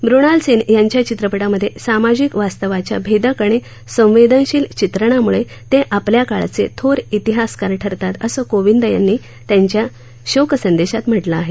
मृणाल सेन यांच्या चित्रपटांमधे सामजिक वास्तवाच्या भेदक आणि संवेदनशील चित्रणामुळे ते आपल्या काळाचे थोर इतिहासकार ठरतात असं कोविंद यांनी त्यांच्या शोकसंदेशात म्हटलं आहे